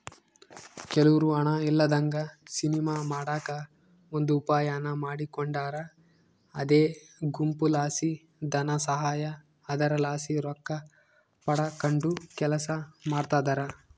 ಕೆಲವ್ರು ಹಣ ಇಲ್ಲದಂಗ ಸಿನಿಮಾ ಮಾಡಕ ಒಂದು ಉಪಾಯಾನ ಮಾಡಿಕೊಂಡಾರ ಅದೇ ಗುಂಪುಲಾಸಿ ಧನಸಹಾಯ, ಅದರಲಾಸಿ ರೊಕ್ಕಪಡಕಂಡು ಕೆಲಸ ಮಾಡ್ತದರ